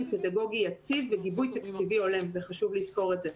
פדגוגי יציב וגיבוי תקציבי הולם וחשוב לזכור את זה.